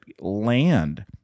land